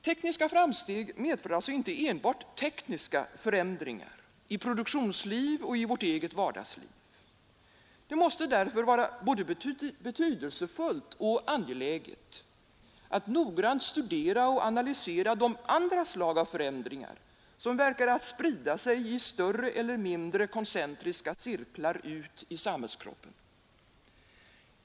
Tekniska framsteg medför alltså inte enbart tekniska förändringar i produktionsliv och i vårt eget vardagsliv. Det måste därför vara både betydelsefullt och angeläget att noggrant studera och analysera de andra slag av förändringar som verkar att sprida sig i större eller mindre koncentriska cirklar ut i samhällskroppen.